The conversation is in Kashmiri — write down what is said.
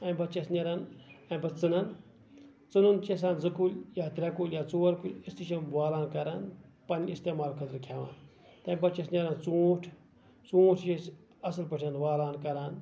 امہِ پَتہٕ چھِ اتھ نیران تَمہِ پَتہٕ ژٕنن ژٕنن چھِ اَسہِ اکھ زٕ کُلۍ یا ترٛےٚ کُلۍ یا ژور کُلۍ أسۍ تہِ چھِ والان کران پَننہِ اِستعمال خٲطرٕ کھٮ۪وان تَمہِ پَتہٕ چھُ آسہِ نیران ژوٗنٹھ ژوٗنٹھ چھِ أسۍ اَصٕل پٲٹھۍ والان کَران